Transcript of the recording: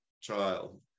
child